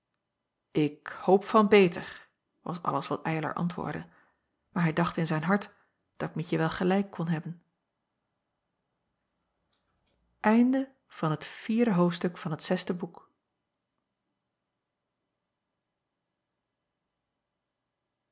k hoop van beter was alles wat ylar antwoordde maar hij dacht in zijn hart dat ietje wel gelijk kon hebben acob van